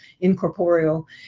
incorporeal